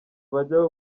bajya